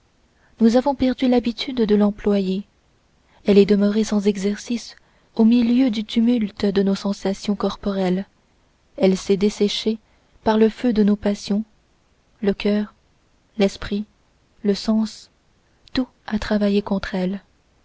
nous avons perdu l'habitude de l'employer elle est demeurée sans exercice au milieu du tumulte de nos sensations corporelles elle s'est desséchée par le feu de nos passions le cœur l'esprit le sens tout a travaillé contre elle